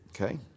Okay